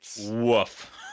Woof